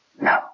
No